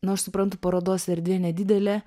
na aš suprantu parodos erdvė nedidelė